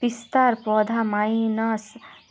पिस्तार पौधा माइनस